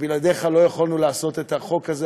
בלעדיך לא יכולנו לעשות את החוק הזה,